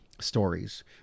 stories